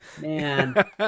Man